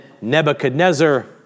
Nebuchadnezzar